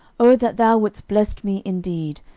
oh that thou wouldest bless me indeed,